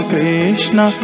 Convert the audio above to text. Krishna